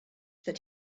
that